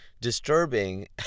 disturbing